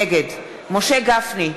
נגד משה גפני,